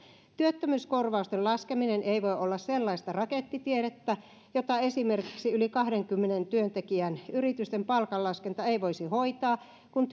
työttömyyskorvausten laskeminen ei voi olla sellaista rakettitiedettä jota esimerkiksi yli kahdenkymmenen työntekijän yritysten palkanlaskenta ei voisi hoitaa kun